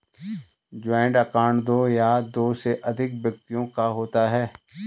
joint account दो या दो से अधिक व्यक्तियों का होता है